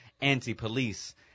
anti-police